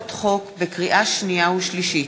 לקריאה שנייה ולקריאה שלישית: